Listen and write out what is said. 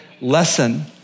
lesson